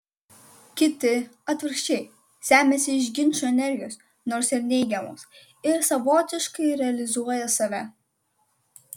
kiti atvirkščiai semiasi iš ginčų energijos nors ir neigiamos ir savotiškai realizuoja save